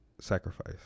sacrifice